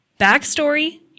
Backstory